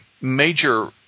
major